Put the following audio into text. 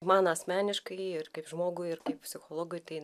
man asmeniškai ir kaip žmogui ir kaip psichologui tai